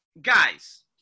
guys